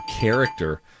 character